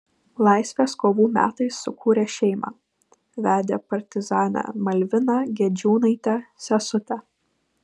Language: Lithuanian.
laisvės kovų metais sukūrė šeimą vedė partizanę malviną gedžiūnaitę sesutę